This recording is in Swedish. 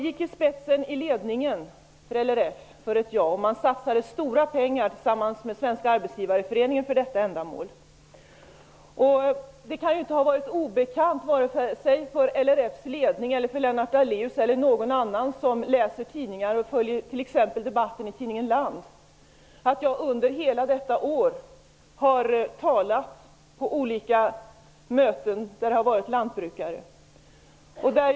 Ledningen för LRF gick i spetsen för ett ja, och man satsade tillsammans med Svenska Arbetsgivareföreningen stora pengar för detta ändamål. Det kan inte ha varit obekant för vare sig LRF:s ledning, för Lennart Daléus eller för någon annan som läser tidningar, t.ex. för dem som följer debatten i tidningen Land, att jag under hela detta år har talat på möten där lantbrukare deltagit.